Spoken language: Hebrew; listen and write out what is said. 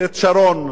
ראש הממשלה,